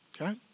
okay